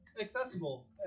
accessible